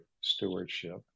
stewardship